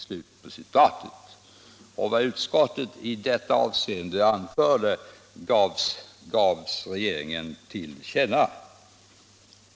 Vad utskottet i detta avseende anförde gavs regeringen till känna.